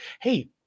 hey